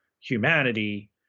humanity